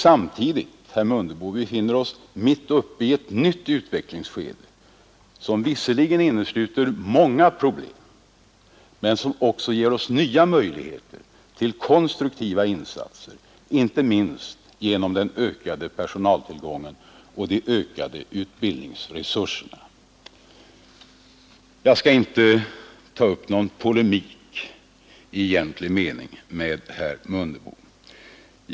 Samtidigt befinner vi oss mitt uppe i ett nytt utvecklingsskede, som visserligen innesluter många problem men som också ger oss nya möjligheter till konstruktiva insatser, inte minst genom den ökade personaltillgången och de ökade utbildningsresurserna. Jag skall inte ta upp någon polemik i egentlig mening med herr Mundebo.